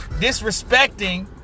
disrespecting